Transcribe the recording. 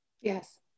yes